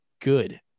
good